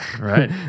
right